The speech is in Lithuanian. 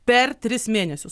per tris mėnesius